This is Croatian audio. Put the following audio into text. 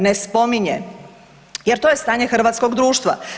Ne spominje, jer to je stanje hrvatskog društva.